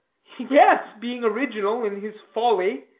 yes, being original in his folly.